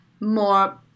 more